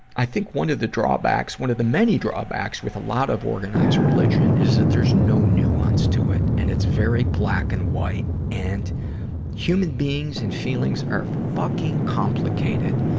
i think one of the drawbacks, one of the many drawbacks with a lot of organized religion is that there's no nuance to it, and it's very black and white. and human beings and feelings are fucking complicated.